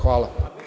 Hvala.